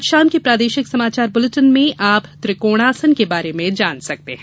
आज शाम के प्रादेशिक समाचार बुलेटिन में आप त्रिकोणासन के बारे में जान सकते है